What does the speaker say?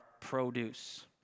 produce